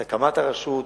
את הקמת הרשות.